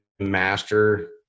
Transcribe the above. master